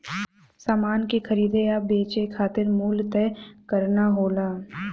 समान के खरीदे या बेचे खातिर मूल्य तय करना होला